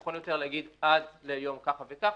נכון יותר להגיד: עד ליום ככה וככה,